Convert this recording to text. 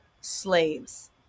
slaves